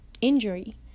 injury